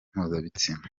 mpuzabitsina